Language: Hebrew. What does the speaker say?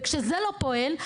וכשזה לא פועל,